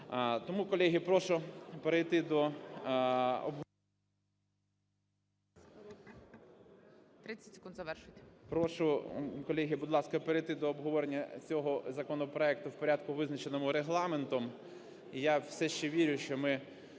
Прошу, колеги, будь ласка, перейти до обговорення цього законопроекту в порядку, визначеному Регламентом.